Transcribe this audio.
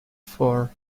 four